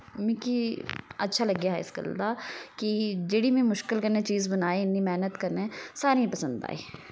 मिकी अच्छा लग्गेया हा इस गल्ल दा कि जेह्ड़ी मैं मुश्कल कन्नै चीज बनाई इन्नी मैहनत कन्नै सारें गी पसंद आई